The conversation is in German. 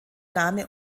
name